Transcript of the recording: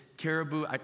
caribou